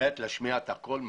להשמיע את הקול.